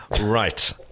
right